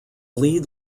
lead